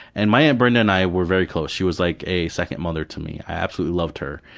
and my aunt brenda and i were very close, she was like a second mother to me, i absolutely loved her.